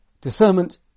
Discernment